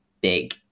big